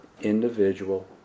individual